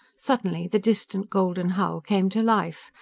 suddenly, the distant golden hull came to life.